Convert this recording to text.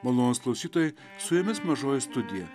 malonūs klausytojai su jumis mažoji studija